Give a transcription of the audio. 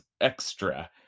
extra